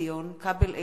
ציון פיניאן,